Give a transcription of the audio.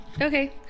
Okay